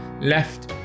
left